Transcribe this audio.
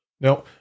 Now